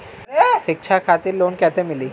शिक्षा खातिर लोन कैसे मिली?